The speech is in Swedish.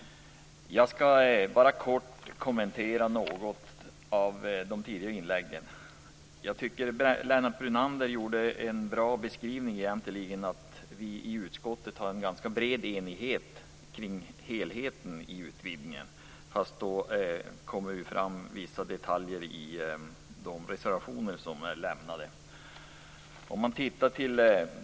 Jag skall bara kort kommentera de tidigare inläggen. Jag tycker att Lennart Brunander gjorde en bra beskrivning av att vi i utskottet har en ganska bred enighet kring helheten när det gäller utvidgningen trots att det kommer fram vissa detaljer i de reservationer som har avgetts.